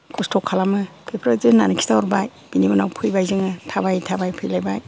खस्त' खालामो बेफोरबादि होन्नानै खिथाहरबाय बिनि उनाव फैबाय जोङो थाबाय थाबाय फैलायबाय